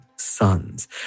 Sons